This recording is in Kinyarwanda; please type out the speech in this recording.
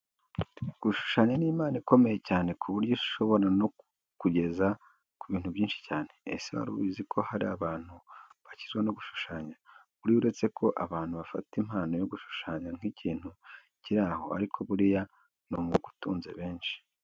Gushushanya ni impano ikomeye cyane ku buryo ishobora no kukugeza ku bintu byinshi cyane. Ese wari ubizi ko hari abantu bakizwa no gushushanya? Buriya uretse ko abantu bafata impano yo gushushanya nk'ikintu kiri aho ariko buriya ni umwuga utunze benshi.